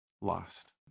lost